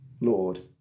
Lord